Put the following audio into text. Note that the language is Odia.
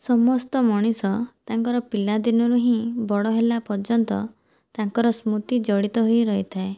ସମସ୍ତ ମଣିଷ ତାଙ୍କର ପିଲାଦିନରୁ ହିଁ ବଡ଼ ହେଲା ପର୍ଯ୍ୟନ୍ତ ତାଙ୍କର ସ୍ମୃତି ଜଡ଼ିତ ହୋଇ ରହିଥାଏ